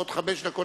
עוד חמש דקות,